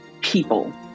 people